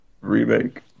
Remake